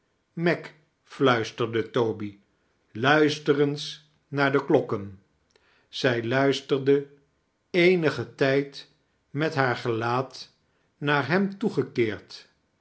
meg flhiisterde toby luister eens naar de klokken i zij luisterde eenigen tijd met haar gelaat naar hem toegekeerd